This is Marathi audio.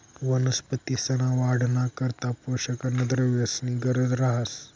वनस्पतींसना वाढना करता पोषक अन्नद्रव्येसनी गरज रहास